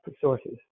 sources